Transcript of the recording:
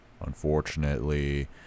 Unfortunately